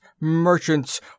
merchants